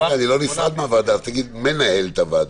מנהל.